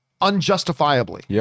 unjustifiably